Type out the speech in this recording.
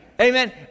Amen